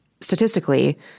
statistically